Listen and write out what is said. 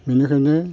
बेनिखायनो